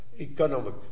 economic